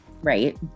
Right